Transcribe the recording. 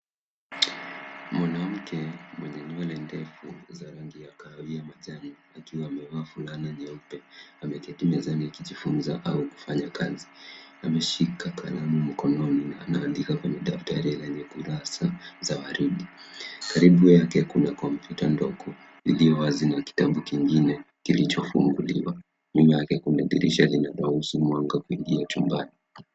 Mwanamke mwenye nywele ndefu za rangi ya kahawia majani, akiwa amevaa fulana nyeupe. Ameketi mezani akijifunza au kufanya kazi, ameshika kalamu mkononi anaandika kwenye daftari lenye kurasa za waridi. Karibu yake kuna kompyuta ndogo, iliyowazi na kitabu kingine kilichofunguliwa. Nyuma yake kuna dirisha linaruhusu mwanga kuingia chumbani.